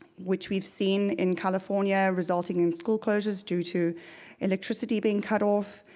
which we've seen in california, resulting in school closures due to electricity being cut off.